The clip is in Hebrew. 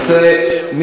מקומות בילוי.